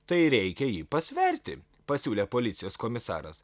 tai reikia jį pasverti pasiūlė policijos komisaras